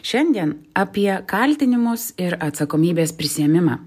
šiandien apie kaltinimus ir atsakomybės prisiėmimą